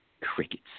Crickets